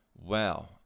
...wow